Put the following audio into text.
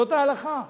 זאת ההלכה.